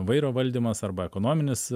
vairo valdymas arba ekonominis